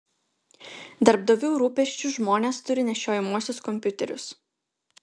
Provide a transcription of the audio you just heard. darbdavių rūpesčiu žmonės turi nešiojamuosius kompiuterius